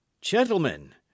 gentlemen